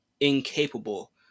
incapable